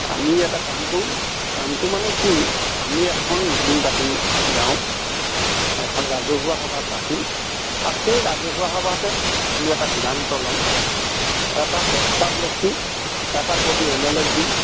আমি এটা কাম কৰোঁ কামটো মানে কি আমি এখন মিটিং পাতিম গাঁৱত এখন ৰাজহুৱা সভা পাতিম আৰু সেই ৰাজহুৱা সভাতে আমি এটা সিদ্ধান্ত ল'ম এটা প্ৰস্তাৱ লিখি এটা কপি এম এল এক দিম